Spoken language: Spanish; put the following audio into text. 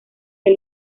del